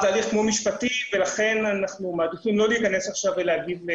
ערר הוא הליך כמו משפטי ולכן אנחנו מעדיפים לא להיכנס עכשיו ולהתייחס.